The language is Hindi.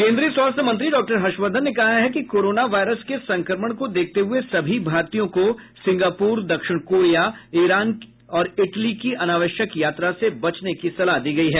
केन्द्रीय स्वास्थ्य मंत्री डॉक्टर हर्षवर्धन ने कहा है कि कोरोना वायरस के संक्रमण को देखते हुए सभी भारतीयों को सिंगापूर दक्षिण कोरिया ईरान और इटली की अनावश्यक यात्रा से बचने की सलाह दी गई है